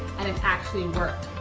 and it actually worked.